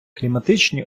кліматичні